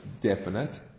definite